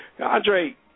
Andre